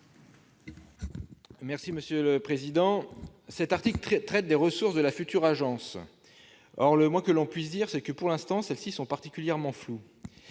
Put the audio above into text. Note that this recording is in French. Gontard, sur l'article. Cet article traite des ressources de la future agence. Le moins que l'on puisse dire, c'est que, pour l'instant, celles-ci sont particulièrement floues.